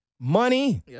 money